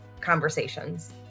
conversations